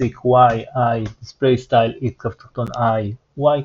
y i \displaystyle x_{i,y_ i}